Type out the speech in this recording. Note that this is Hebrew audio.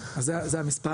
אז זה המספר.